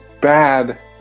bad